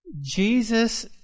Jesus